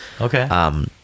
Okay